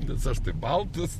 nes aš tai baltas